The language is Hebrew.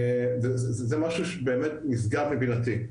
זה משהו באמת נשגב מבינתי.